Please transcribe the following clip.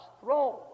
throne